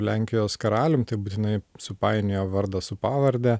lenkijos karalium tai būtinai supainioja vardą su pavarde